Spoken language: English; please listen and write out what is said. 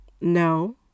No